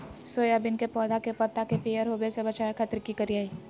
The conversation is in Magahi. सोयाबीन के पौधा के पत्ता के पियर होबे से बचावे खातिर की करिअई?